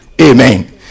Amen